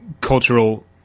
cultural